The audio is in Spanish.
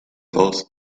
dos